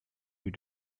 you